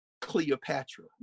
Cleopatra